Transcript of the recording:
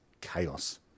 chaos